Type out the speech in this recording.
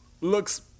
looks